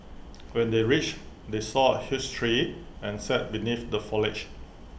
when they reached they saw A huge tree and sat beneath the foliage